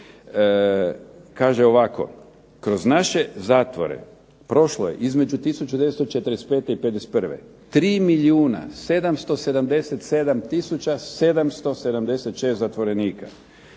kaže ovako, kroz naše zatvore prošlo je između 1945. i '51. 3 milijuna